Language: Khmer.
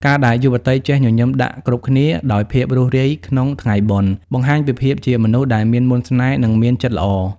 ការដែលយុវតីចេះ "ញញឹមដាក់គ្រប់គ្នា" ដោយភាពរួសរាយក្នុងថ្ងៃបុណ្យ បង្ហាញពីភាពជាមនុស្សដែលមានមន្តស្នេហ៍ និងមានចិត្តល្អ។